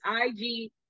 IG